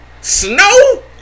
Snow